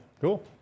cool